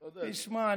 תשמע,